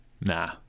Nah